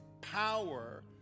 power